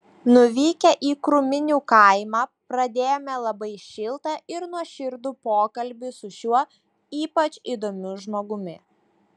nuvykę į krūminių kaimą pradėjome labai šiltą ir nuoširdų pokalbį su šiuo ypač įdomiu žmogumi